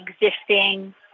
existing